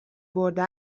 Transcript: برده